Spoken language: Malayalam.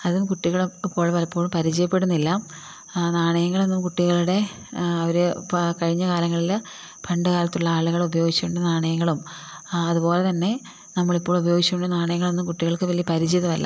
അത് കുട്ടികൾ പലപ്പോഴും പരിചയപ്പെടുന്നില്ല നാണയങ്ങളൊന്നും കുട്ടികളുടെ അവർ കഴിഞ്ഞ കാലങ്ങളിൽ പണ്ടുകാലത്തുള്ള ആളുകൾ ഉപയോഗിച്ചു കൊണ്ട് നാണയങ്ങളും അതുപോലെ തന്നെ നമ്മൾ ഇപ്പോൾ ഉപയോഗിച്ചുള്ള നാണയങ്ങളൊന്നും കുട്ടികൾക്ക് വലിയ പരിചിതമല്ല